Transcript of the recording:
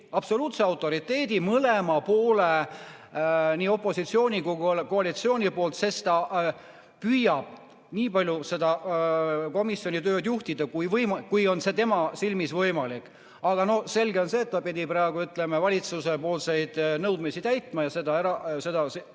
absoluutse autoriteedi, mõlema poole, nii opositsiooni kui ka koalitsiooni poolt, sest ta püüab nii palju komisjoni tööd juhtida, kui see on tema silmis võimalik. Aga selge on see, et ta pidi praegu, ütleme, valitsuse nõudmisi täitma ja seda eelnõu